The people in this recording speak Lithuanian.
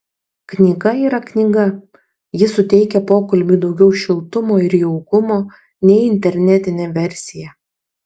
knyga yra knyga ji suteikia pokalbiui daugiau šiltumo ir jaukumo nei internetinė versija